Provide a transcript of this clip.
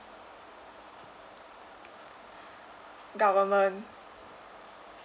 government